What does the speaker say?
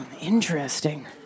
Interesting